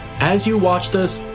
as you watch this,